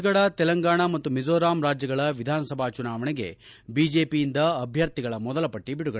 ಮುಂಬರುವ ಛತ್ತಿಸ್ಗಢ ತೆಲಂಗಾಣ ಮತ್ತು ಮಿಜೋರಾಂ ರಾಜ್ಲಗಳ ವಿಧಾನಸಭಾ ಚುನಾವಣೆಗೆ ಬಿಜೆಪಿಯಿಂದ ಅಭ್ಯರ್ಥಿಗಳ ಮೊದಲ ಪಟ್ಟಿ ಬಿಡುಗಡೆ